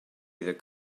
iddo